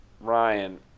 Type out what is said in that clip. Ryan